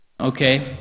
Okay